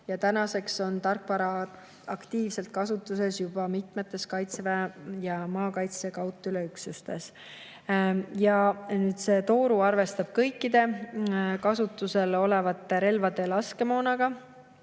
Tänaseks on tarkvara aktiivselt kasutuses mitmetes Kaitseväe ja maakaitse kaudtuleüksustes. Tooru arvestab kõikide kasutusel olevate relvade laskemoonaga